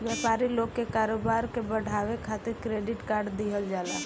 व्यापारी लोग के कारोबार के बढ़ावे खातिर क्रेडिट कार्ड दिहल जाला